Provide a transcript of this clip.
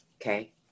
Okay